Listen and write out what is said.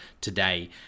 today